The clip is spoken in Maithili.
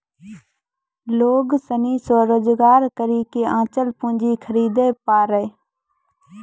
लोग सनी स्वरोजगार करी के अचल पूंजी खरीदे पारै